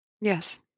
Yes